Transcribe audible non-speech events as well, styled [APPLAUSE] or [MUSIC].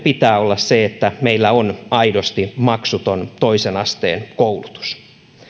[UNINTELLIGIBLE] pitää olla se että meillä on aidosti maksuton toisen asteen koulutus